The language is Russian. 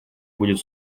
будет